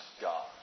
God